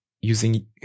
using